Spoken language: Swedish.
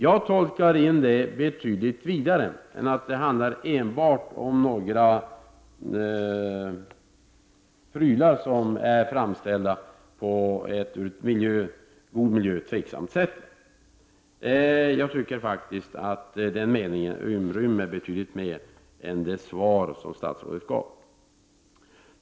Jag tolkar det vidare än att det handlar enbart om några prylar som är framställda på ett ur miljösynpunkt tveksamt sätt. Jag tycker faktiskt att meningen inrymmer betydligt mer än det svar som statsrådet gav.